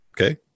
okay